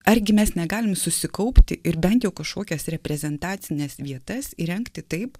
argi mes negalim susikaupti ir bent jau kažkokias reprezentacines vietas įrengti taip